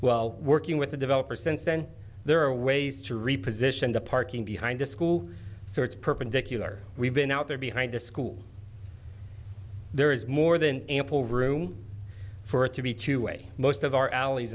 well working with the developer since then there are ways to reposition the parking behind the school so it's perpendicular we've been out there behind the school there is more than ample room for it to be two way most of our alleys